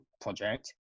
project